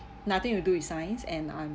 nothing to do with science and I'm